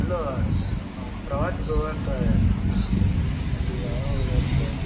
hello ನಾವು ಪ್ರವಾಸ ಗೋವಾಕ್ಕೆ ಹಾಂ ಅಲ್ಲಿ ಯಾವ್ಯಾವ ಇದಾವೆ ಪ್ರವಾಸ